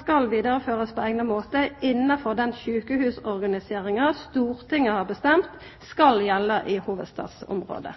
skal vidareførast på eigna måte innanfor den sjukehusorganiseringa Stortinget har bestemt skal gjelda i hovudstadsområdet.